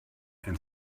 and